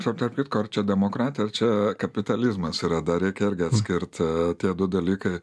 čia tarp kitko ar čia demokratija ar čia kapitalizmas yra dar reikia irgi atskirt tie du dalykai